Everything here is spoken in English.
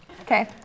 Okay